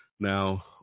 Now